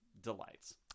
Delights